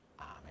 Amen